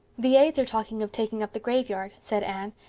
the aids are talking of taking up the graveyard, said anne,